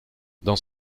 dans